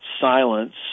silence